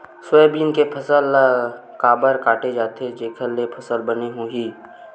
Soybean के फसल ल काबर काटे जाथे जेखर ले फसल बने होही?